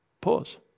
pause